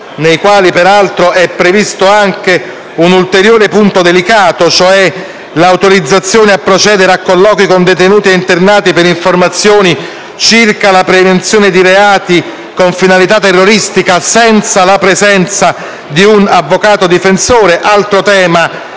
antiterrorismo, è previsto anche un ulteriore punto delicato: l'autorizzazione a procedere a colloqui con detenuti ed internati per informazioni circa la prevenzione di reati con finalità terroristica, senza la presenza di un avvocato difensore. Si tratta